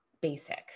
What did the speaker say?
basic